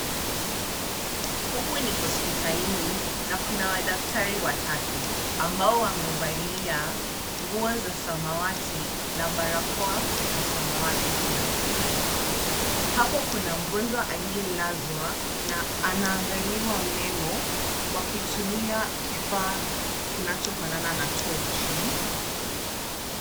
Huku ni hospitalini na kuna madaktari watatu ambao wamevalia nguo za samawati na barakoa ya samawati pia. Hapo kuna mgonjwa aliyelazwa na anaangaliwa meno wakitumia kifaa kinachofanana na tochi.